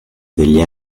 degli